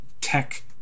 tech